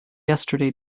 yesterday